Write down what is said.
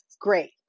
great